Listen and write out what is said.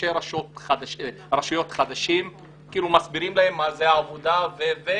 לראשי הרשויות החדשים ומסביר להם מהי העבודה וכולי.